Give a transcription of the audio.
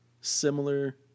similar